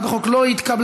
הצעת החוק לא התקבלה.